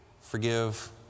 forgive